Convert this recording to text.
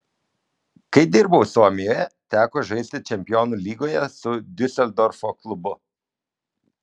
kai dirbau suomijoje teko žaisti čempionų lygoje su diuseldorfo klubu